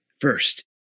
first